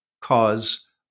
cause